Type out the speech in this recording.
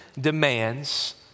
demands